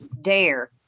dare